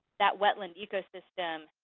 that wetland ecosystem,